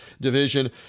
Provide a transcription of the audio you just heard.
division